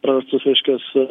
prarastus reiškias